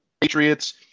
Patriots